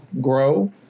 grow